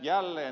jälleen